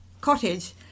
cottage